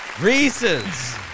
Reese's